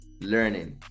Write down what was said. learning